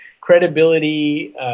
credibility